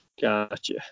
Gotcha